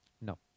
No